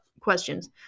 questions